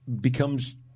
becomes